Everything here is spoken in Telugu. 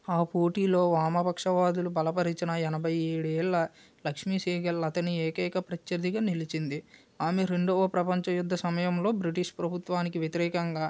ఆ పోటీలో వామపక్షవాదులు బలపరిచిన ఎనభై ఏడేళ్ల లక్ష్మీ సెహగల్ అతని ఏకైక ప్రత్యర్థిగా నిలిచింది ఆమె రెండవ ప్రపంచ యుద్ధ సమయంలో బ్రిటిష్ ప్రభుత్వానికి వ్యతిరేకంగా